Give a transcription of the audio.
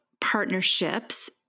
partnerships